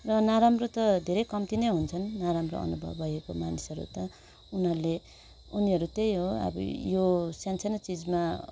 र नराम्रो त धेरै कम्ती नै हुन्छन् नराम्रो अनुभव भएको मान्छेहरू त उनीहरूले उनीहरू त्यही हो अब यो सानोसानो चिजमा